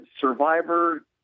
Survivor